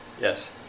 yes